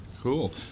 Cool